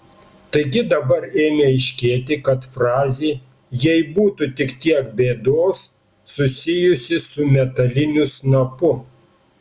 taigi dabar ėmė aiškėti kad frazė jei būtų tik tiek bėdos susijusi su metaliniu snapu